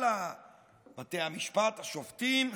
על בתי המשפט, השופטים,